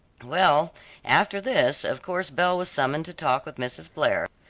well after this, of course belle was summoned to talk with mrs. blair,